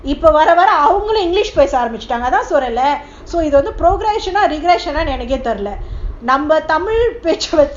இப்போவரவரஅவங்களும்இங்கிலிஷ்பேசஆரம்பிச்சிட்டாங்கஅதான்சொல்றேன்ல:ipo varavara avangalum english pesa arambichitanga adhan solrenla progression ah regression ah எனக்கேதெரியல:enake theriala